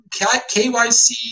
KYC